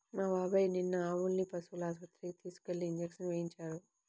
మా బాబాయ్ నిన్న ఆవుల్ని పశువుల ఆస్పత్రికి తీసుకెళ్ళి ఇంజక్షన్లు వేయించారు